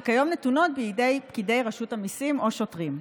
שכיום נתונות בידי פקידי רשות המיסים או שוטרים.